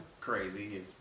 crazy